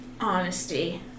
Honesty